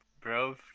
bro